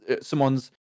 someone's